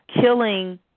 killing